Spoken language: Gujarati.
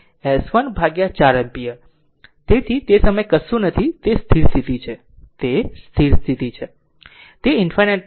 તેથી તે સમયે કશું નથી તે સ્થિર સ્થિતિ છે તે સ્થિર સ્થિતિ છે તે ∞ પર છે